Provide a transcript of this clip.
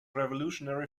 revolutionary